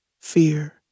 fear